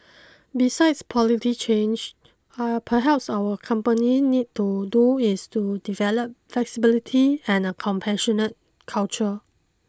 besides polity change uh perhaps our company need to do is to develop flexibility and a compassionate culture